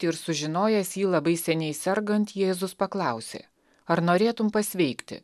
ir sužinojęs jį labai seniai sergant jėzus paklausė ar norėtum pasveikti